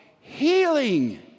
Healing